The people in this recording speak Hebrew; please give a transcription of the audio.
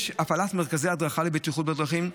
יש הפעלת מרכזי הדרכה לבטיחות בדרכים,